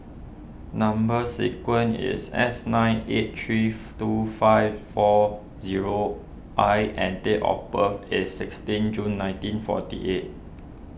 Number Sequence is S nine eight three two five four zero I and date of birth is sixteen June nineteen forty eight